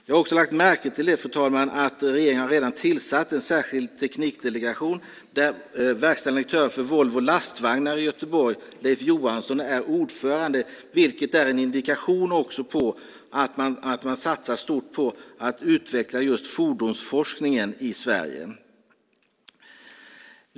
Jag har också lagt märke till att regeringen redan har tillsatt en särskild teknikdelegation där verkställande direktören i Volvo Lastvagnar i Göteborg, Leif Johansson, är ordförande. Det är en indikation på att man satsar stort på att utveckla just fordonsforskningen i Sverige.